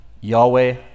yahweh